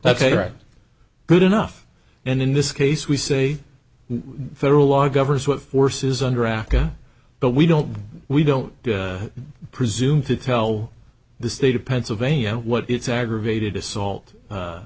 a right good enough and in this case we say federal law governs what forces under aca but we don't we don't presume to tell the state of pennsylvania what it's aggravated assault